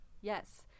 yes